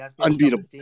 unbeatable